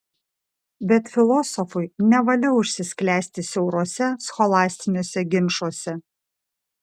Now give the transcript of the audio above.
bet filosofui nevalia užsisklęsti siauruose scholastiniuose ginčuose